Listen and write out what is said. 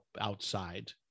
outside